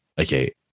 okay